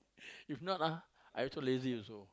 if not ah I also lazy also